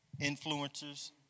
influencers